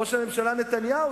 ראש הממשלה נתניהו,